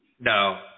no